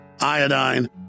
iodine